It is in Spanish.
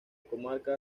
comarca